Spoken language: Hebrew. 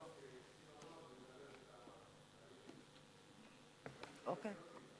אני מקבל את מה שהוא אמר שהוא, אוקיי, בסדר.